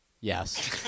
Yes